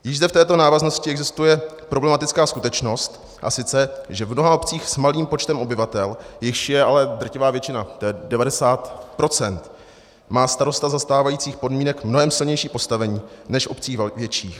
Již zde v této návaznosti existuje problematická skutečnost, a sice že v mnoha obcích s malým počtem obyvatel, jichž je ale drtivá většina, tj. 90 %, má starosta za stávajících podmínek mnohem silnější postavení než v obcích větších.